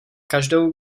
každou